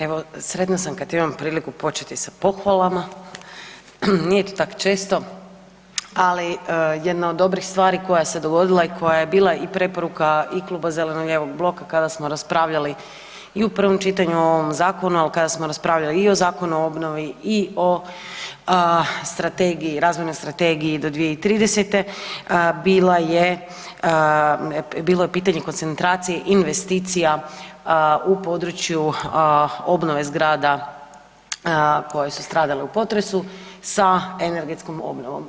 Evo, sretna sam kad imam priliku početi sa pohvalama, nije to tak često ali jedna od dobrih stvari koja se dogodila i koja je bila i preporuka i Kluba zeleno-lijevog bloka kada smo raspravljali i u prvom čitanju o ovom zakonu, ali kada smo raspravljali i o Zakonu o obnovi i o strategiji, razvojnoj strategiji do 2030.-te bila je, bilo je pitanje koncentracije investicija u području obnove zgrada koje su stradale u potresu sa energetskom obnovom.